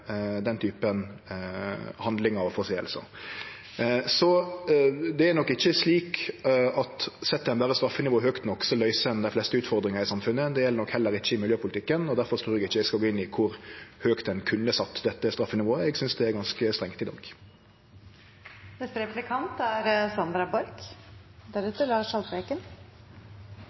den typen handlingar og misferder. Det er nok ikkje slik at dersom ein berre set straffenivået høgt nok, så løyser ein dei fleste utfordringane i samfunnet. Det gjeld heller ikkje i miljøpolitikken. Difor trur eg ikkje eg skal gå inn i kor høgt ein kunne sett dette straffenivået. Eg synest det er ganske strengt i